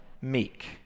meek